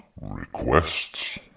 Requests